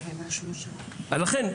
יש